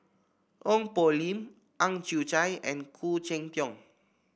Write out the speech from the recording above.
Ong Poh Lim Ang Chwee Chai and Khoo Cheng Tiong